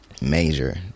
Major